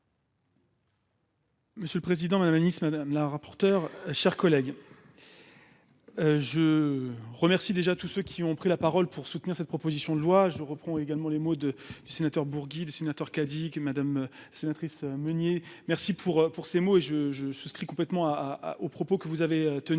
Monsieur le président, madame Nice madame la rapporteure, chers collègues.-- Je remercie déjà tous ceux qui ont pris la parole pour soutenir cette proposition de loi je reprends également les mots de du sénateur Burgy sénateur Cadic. Sénatrice Meunier, merci pour pour ses mots et je je souscris complètement à, à, aux propos que vous avez tenus.